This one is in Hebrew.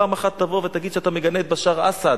פעם אחת תבוא ותגיד שאתה מגנה את בשאר אסד.